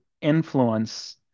influence